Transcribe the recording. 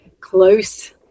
close